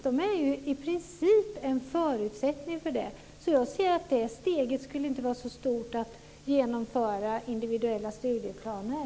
De är i princip en förutsättning för detta. Det borde inte vara ett så stort steg att genomföra detta med individuella studieplaner.